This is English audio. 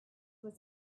was